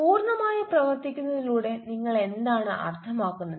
പൂർണ്ണമായ പ്രവർത്തിക്കുന്നതിലൂടെ നിങ്ങൾ എന്താണ് അർത്ഥമാക്കുന്നത്